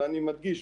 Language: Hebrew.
ואני מדגיש,